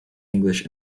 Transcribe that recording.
english